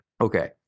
okay